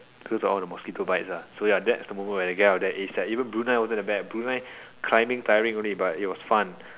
cause of all the mosquito bites ah so that the moment where I have to get out of there ASAP even Brunei wasn't that bad Brunei climbing tiring only but it was fun